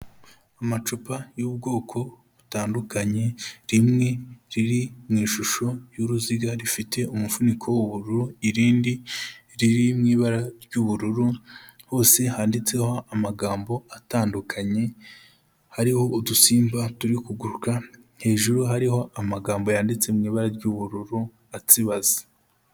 Amacupa y'ubwoko butandukanye, rimwe riri mu ishusho y'uruziga rifite umufuniko w'ubururu, irindi riri mu ibara ry'ubururu hose handitseho amagambo atandukanye, hariho udusimba turi kuguruka, hejuru hariho amagambo yanditse mu ibara ry'ubururu atsibaze.